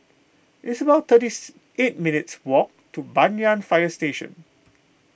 it's about thirty eight minutes' walk to Banyan Fire Station